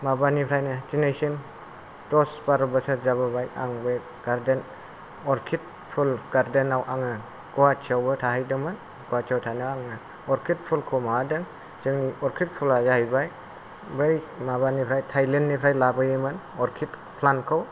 माबानिफ्रायनो दिनैसिम दस बार' बोसोर जाबोबाय आं बे गार्देन अर्खिड फुल गार्देनआव आङो गहाटिआवबो थाहैदोंमोन गहाटिआव थानानै आङो अर्खिड फुलखौ माबादों जोंनि अर्खिड फुला जाहैबाय बै माबानिफ्राय थाइलेण्डनिफ्राय लाबोयोमोन अर्खिड प्लान्टखौ